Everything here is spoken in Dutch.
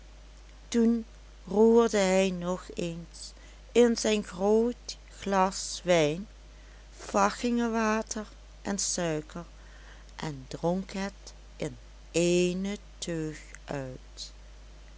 toen roerde hij nog eens in zijn groot glas wijn fachingerwater en suiker en dronk het in ééne teug uit